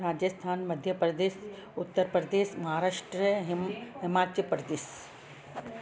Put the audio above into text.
राजस्थान मध्य प्रदेश उत्तर प्रदेश महाराष्ट्र हिम हिमाचल प्रदेश